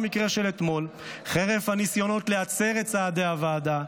במקרה של אתמול חרף הניסיונות להצר את צעדי הוועדה,